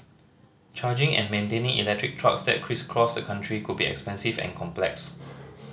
charging and maintaining electric trucks that crisscross the country could be expensive and complex